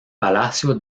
palacio